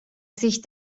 sich